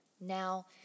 Now